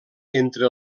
entre